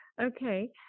Okay